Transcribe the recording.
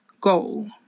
goal